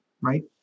right